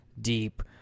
deep